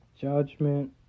Judgment